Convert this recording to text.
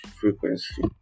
frequency